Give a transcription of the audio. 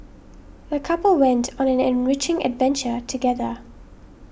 the couple went on an enriching adventure together